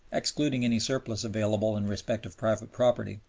excluding any surplus available in respect of private property,